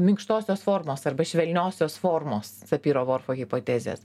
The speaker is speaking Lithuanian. minkštosios formos arba švelniosios formos sapyro vorfo hipotezės